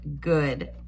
good